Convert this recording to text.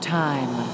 time